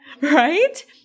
right